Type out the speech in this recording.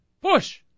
Push